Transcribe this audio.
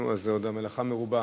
נו, אז המלאכה עוד מרובה.